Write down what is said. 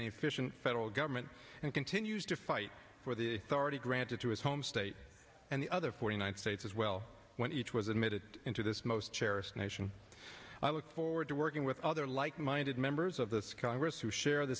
efficient federal government and continues to fight for the authority granted to his home state and the other forty nine states as well when each was admitted into this most cherished nation i look forward to working with other like minded members of the congress who share the